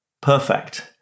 perfect